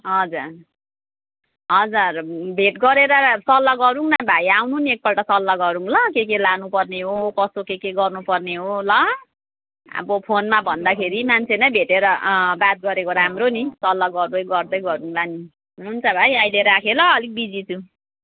हजुर हजुर भेट गरेर सल्लाह गरौँ न भाइ आउनु नि एकपल्ट सल्लाह गरौँ ल के के लानुपर्ने हो कसो के के गर्नुपर्ने हो ल अब फोनमा भन्दाखेरि मान्छे नै भेटेर अँ बात गरेको राम्रो नि सल्लाह गर्दै गर्दै गरौल नि हुन्छ भाइ अहिले राखेँ ल अलिक बिजी छु